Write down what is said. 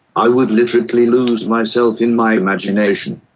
i would literally lose myself in my imagination.